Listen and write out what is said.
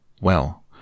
Well